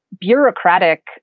bureaucratic